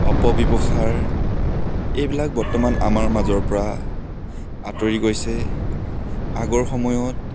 অপব্যৱহাৰ এইবিলাক বৰ্তমান আমাৰ মাজৰ পৰা আঁতৰি গৈছে আগৰ সময়ত